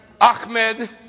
Ahmed